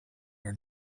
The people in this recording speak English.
are